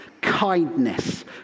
kindness